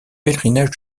pèlerinage